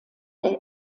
der